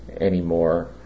anymore